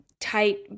tight